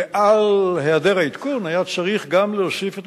ועל היעדר העדכון היה צריך גם להוסיף את